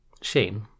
Shane